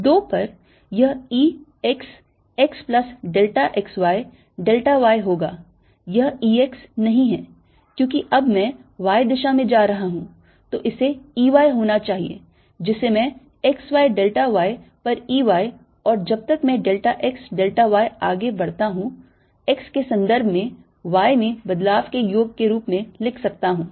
2 पर यह E x x plus delta x y delta y होगा यह E x नहीं है क्योंकि अब मैं y दिशा में जा रहा हूं तो इसे E y होना चाहिए जिसे मैं x y delta y पर E y और जब तक मैं delta x delta y आगे बढता हूं x के संदर्भ में y में बदलाव के योग के रूप में लिख सकता हूं